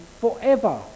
forever